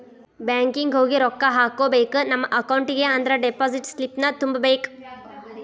banking ಹೋಗಿ ರೊಕ್ಕ ಹಾಕ್ಕೋಬೇಕ್ ನಮ ಅಕೌಂಟಿಗಿ ಅಂದ್ರ ಡೆಪಾಸಿಟ್ ಸ್ಲಿಪ್ನ ತುಂಬಬೇಕ್